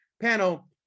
panel